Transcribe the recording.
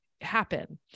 happen